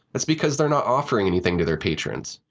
it's because they're not offering anything to their patrons.